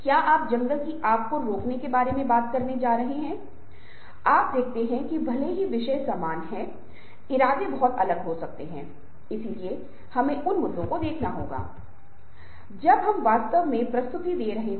यहां तक कि जब हम टेक्स्ट करते हैं तो हम स्माइली का उपयोग करते हैं हम इमोटिकॉन्स का उपयोग करते हैं और ये हमें बताते हैं कि हम टेक्स्ट से संतुष्ट नहीं हैं